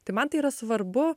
tai man tai yra svarbu